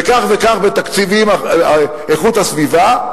וכך וכך באיכות הסביבה.